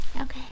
Okay